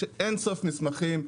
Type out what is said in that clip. יש אין-ספור מסמכים,